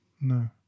no